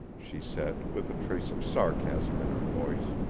she said with a trace of sarcasm in her voice.